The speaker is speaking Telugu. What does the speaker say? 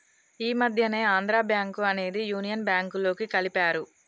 ఈ మధ్యనే ఆంధ్రా బ్యేంకు అనేది యునియన్ బ్యేంకులోకి కలిపారు